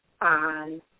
on